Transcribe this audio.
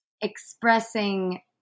expressing